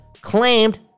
claimed